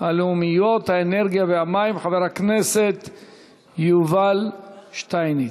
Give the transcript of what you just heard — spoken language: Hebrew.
33 בעד, אין מתנגדים, שלושה נמנעים.